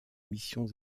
missions